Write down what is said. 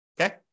Okay